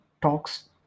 Talks